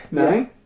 nine